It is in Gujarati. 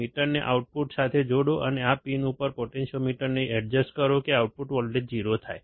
મીટરને આઉટપુટ સાથે જોડો અને આ પિન ઉપર પોટેન્ટીયોમીટરને એડજસ્ટ કરો કે આઉટપુટ વોલ્ટેજ 0 થાય